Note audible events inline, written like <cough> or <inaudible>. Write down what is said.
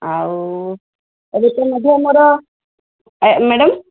ଆଉ ଏବେ <unintelligible> ମଧ୍ୟ ମୋର <unintelligible> ମ୍ୟାଡ଼ାମ୍